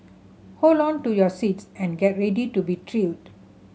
hold on to your seats and get ready to be thrilled